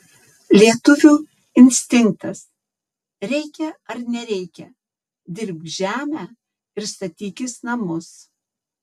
lietuvių instinktas reikia ar nereikia dirbk žemę ir statykis namus